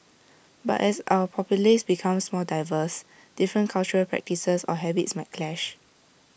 but as our populace becomes more diverse different cultural practices or habits might clash